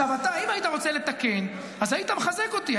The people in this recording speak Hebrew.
עכשיו, אתה, אם היית רוצה לתקן, היית מחזק אותי.